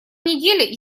неделе